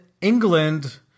England